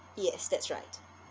yes that's right